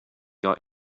got